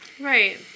Right